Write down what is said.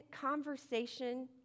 conversation